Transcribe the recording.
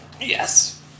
Yes